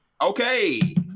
Okay